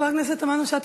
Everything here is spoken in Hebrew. חברת הכנסת תמנו-שטה,